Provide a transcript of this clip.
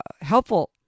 helpful